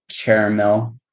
Caramel